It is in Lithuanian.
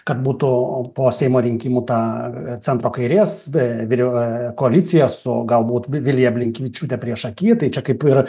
kad būtų po seimo rinkimų ta centro kairės be grio koalicija su galbūt vilija blinkevičiūte priešaky tai čia kaip ir